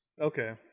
Okay